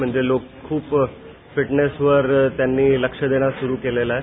म्हणजे लोक ख्प फिटनेसवर त्यांनी लक्ष देणं सुरू केलं आहे